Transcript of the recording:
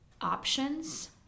options